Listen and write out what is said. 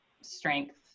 strength